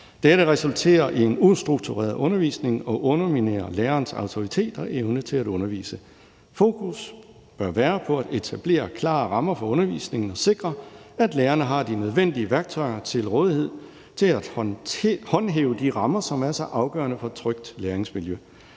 Dette resulterer i en ustruktureret undervisning og underminerer lærerens autoritet og evne til at undervise. Fokus bør være på at etablere klare rammer for undervisningen og sikre, at lærerne har de nødvendige værktøjer til rådighed til at håndhæve de rammer, som er så afgørende for et trygt læringsmiljø.